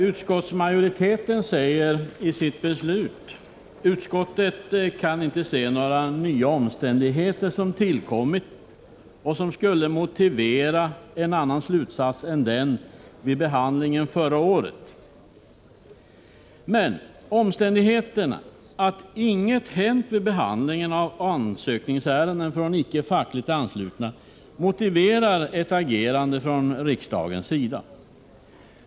Utskottsmajoriteten säger i sin skrivning: ”Utskottet kan inte se att några nya omständigheter har tillkommit som skulle motivera en annan slutsats nu.” Men just omständigheten att inget hänt beträffande behandlingen av ansökningsärenden från icke fackligt anslutna motiverar ett agerande från riksdagens sida.